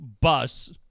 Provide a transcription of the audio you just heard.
bus